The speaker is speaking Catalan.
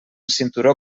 cinturó